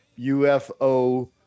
ufo